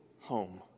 home